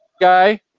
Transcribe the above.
guy